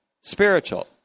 spiritual